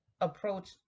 approach